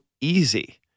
easy